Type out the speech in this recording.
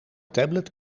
tablet